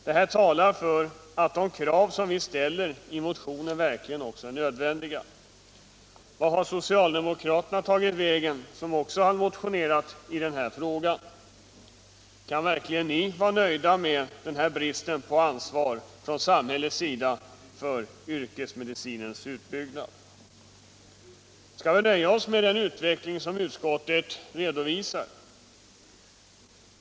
Detta talar för att de krav som vi ställer i motionen verkligen är motiverade. Vart har socialdemokraterna, som också motionerat i den här frågan, tagit vägen? Kan ni verkligen vara nöjda med denna brist på ansvar från samhällets sida för yrkesmedicinens utbyggnad? Skall vi nöja oss med den utveckling som utskottet redovisar?